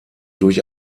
durch